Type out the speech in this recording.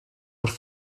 wrth